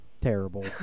terrible